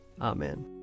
Amen